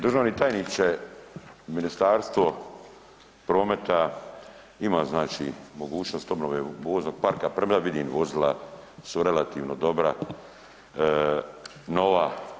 Državni tajniče Ministarstvo prometa ima znači mogućnost obnove voznog parka, premda vidim vozila su relativno dobra, nova.